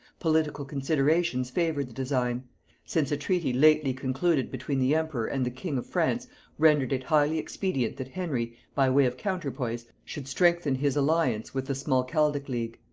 political considerations favored the design since a treaty lately concluded between the emperor and the king of france rendered it highly expedient that henry, by way of counterpoise, should strengthen his alliance with the smalcaldic league.